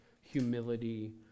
humility